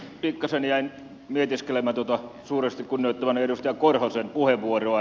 pikkasen jäin mietiskelemään tuota suuresti kunnioittamani edustaja korhosen puheenvuoroa